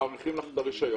מאריכים לך את הרישיון.